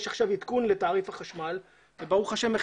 יש עכשיו עדכון לתעריף החשמל וברוך השם,